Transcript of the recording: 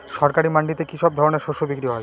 সরকারি মান্ডিতে কি সব ধরনের শস্য বিক্রি হয়?